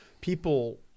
people